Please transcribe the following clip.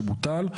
שבוטל,